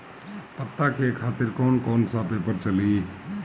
पता के खातिर कौन कौन सा पेपर चली?